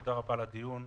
תודה רבה על הדיון.